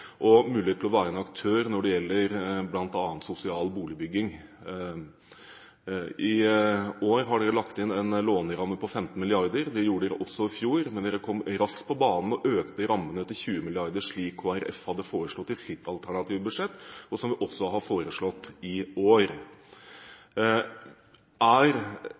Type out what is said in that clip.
og mulighet til å være en aktør når det gjelder bl.a. sosial boligbygging, å gjøre. I år har de lagt inn en låneramme på 15 mrd. kr. Det gjorde de også i fjor, men de kom raskt på banen og økte rammene til 20 mrd. kr, slik vi i Kristelig Folkeparti hadde foreslått i vårt alternative budsjett, og som vi også har foreslått i år.